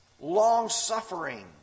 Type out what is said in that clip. long-suffering